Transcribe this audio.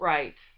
Right